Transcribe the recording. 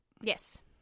Yes